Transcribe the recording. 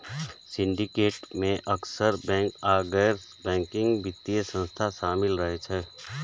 syndicate मे अक्सर bank आ गैर बैंकिंग वित्तीय संस्था शामिल रहै छै